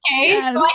Okay